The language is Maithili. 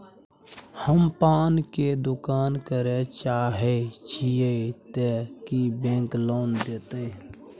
हम पान के दुकान करे चाहे छिये ते की बैंक लोन देतै?